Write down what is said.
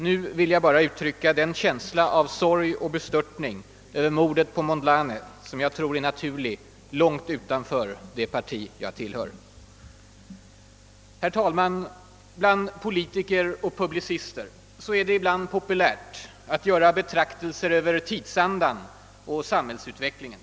Nu vill jag bara uttrycka den känsla av sorg och bestörtning över mordet på Mondlane som jag tror är naturlig långt utanför det parti jag tillhör. Herr talman! Bland politiker och publicister är det ibland populärt att göra betraktelser över tidsandan och samhällsutvecklingen.